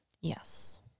Yes